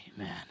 Amen